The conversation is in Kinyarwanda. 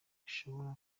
bishobora